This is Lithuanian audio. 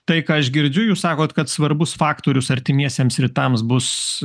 tai ką aš girdžiu jūs sakot kad svarbus faktorius artimiesiems rytams bus